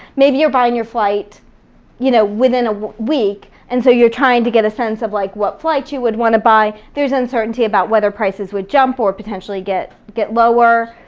maybe you're buying your flight you know within a week and so you're trying to get a sense of like what flight you would wanna buy. there's uncertainty about whether prices would jump or potentially get get lower,